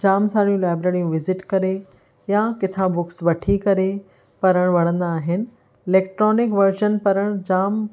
जाम सारी लाइब्रेरियूं विज़िट करे या किथां बुक्स वठी करे पढ़णु वणंदा आहिनि इलेक्ट्रॉनिक वर्ज़न पढ़ण जाम